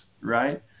Right